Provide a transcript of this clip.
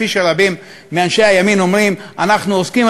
כפי שרבים מאנשי הימין אומרים: אנחנו עוסקים,